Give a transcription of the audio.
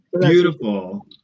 Beautiful